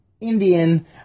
Indian